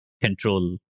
control